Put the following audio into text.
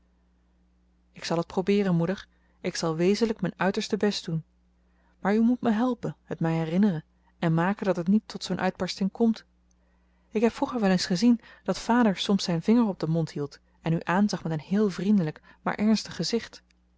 ik zal het probeeren moeder ik zal wezenlijk mijn uiterste best doen maar u moet me helpen het mij herinneren en maken dat het niet tot zoo'n uitbarsting komt ik heb vroeger wel eens gezien dat vader soms zijn vinger op den mond hield en u aanzag met een heel vriendelijk maar ernstig gezicht